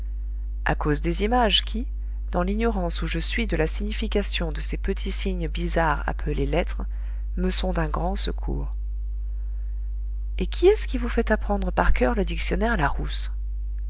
a cause des images qui dans l'ignorance où je suis de la signification de ces petits signes bizarres appelés lettres me sont d'un grand secours et qui est-ce qui vous fait apprendre par coeur le dictionnaire larousse